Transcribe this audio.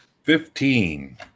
Fifteen